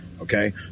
okay